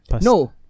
no